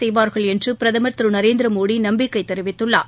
செய்வார்கள் என்று பிரதமர் திரு நரேந்திரமோடி நம்பிக்கை தெரிவித்தார்